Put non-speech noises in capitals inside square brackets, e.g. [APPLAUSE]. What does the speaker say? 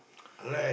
[BREATH]